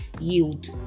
yield